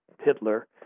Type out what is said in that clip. Hitler